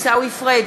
עיסאווי פריג'